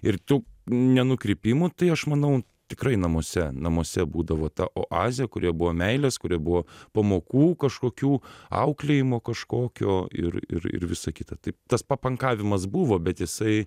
ir tų ne nukrypimų tai aš manau tikrai namuose namuose būdavo ta oazė kurioje buvo meilės kurioje buvo pamokų kažkokių auklėjimo kažkokio ir ir ir visa kita tai tas papankavimas buvo bet jisai